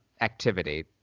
activity